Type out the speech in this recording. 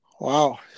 Wow